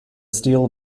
steel